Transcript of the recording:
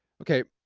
okay.